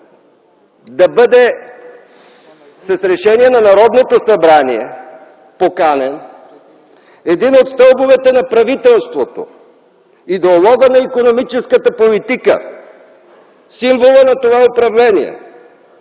е редно с решение на Народното събрание да бъде поканен един от стълбовете на правителството – идеологът на икономическата политика, символът на това управление,